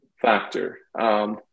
factor